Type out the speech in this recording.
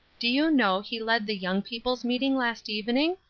did you know he led the young people's meeting last evening?